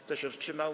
Kto się wstrzymał?